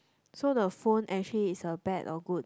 so the phone actually is a bad or good